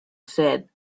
said